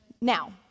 Now